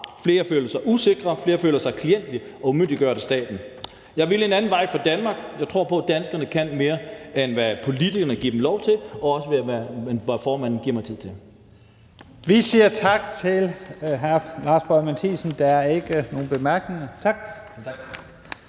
flere føler sig usikre, flere føler sig klientgjort og umyndiggjort af staten. Jeg vil en anden vej for Danmark; jeg tror på, at danskerne kan mere, end hvad politikerne giver dem lov til, og også mere, end hvad formanden giver mig tid til. Kl. 17:28 Første næstformand (Leif Lahn Jensen): Vi siger tak